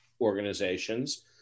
organizations